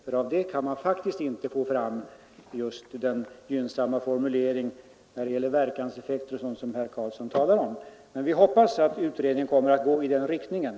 För av den kan man faktiskt inte få fram den gynnsamma formulering när det gäller verkan som herr Karlsson talar om. Men vi hoppas att utredningen kommer att gå i den riktningen.